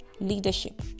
leadership